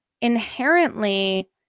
inherently